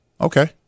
Okay